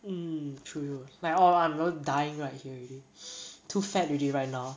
mm true true like oh I'm the [one] dying right here already too fat already right now